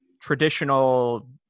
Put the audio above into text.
traditional